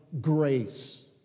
grace